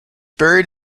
buried